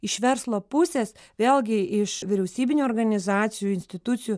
iš verslo pusės vėlgi iš vyriausybinių organizacijų institucijų